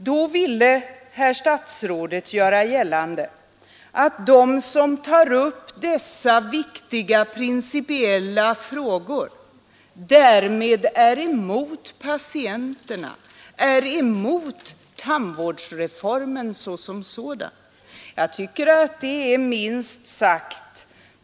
Då ville herr statsrådet göra gällande att de som tar upp dessa viktiga principiella frågor är mot patienterna, mot tandvårdsreformen som sådan.